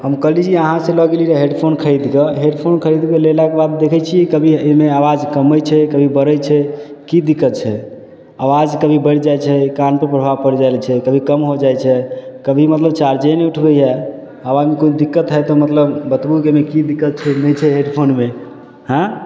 हम कहली जी अहाँ से लऽ गेल रहली हेडफोन खरीद कऽ हेडफोन खरीदके लेलाके बाद देखै छियै कभी एहिमे आवाज कमै छै कभी बढ़ै छै की दिक्कत छै आवाज कभी बढ़ि जाइ छै कान पर प्रभाव पैड़ि जाइ छै कभी कम हो जाइ छै कभी मतलब चार्जे नहि उठबैए आवाजमे कोनो दिक्कत हइ तऽ मतलब बताबू कि एहिमे की दिक्कत छै नहि छै हेडफोनमे हॅं